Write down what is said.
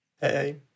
Hey